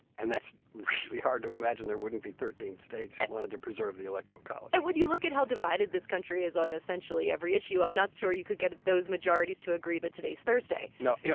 and that's really hard to imagine there wouldn't be thirteen states who wanted to preserve the electoral college and when you look at how divided this country is on essentially every issue, i'm not sure you could get those majorities to agree that today's thursday no. yeah